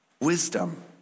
wisdom